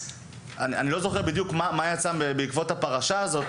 אני לא זוכר בדיוק מה יצא בעקבות הפרשה הזו.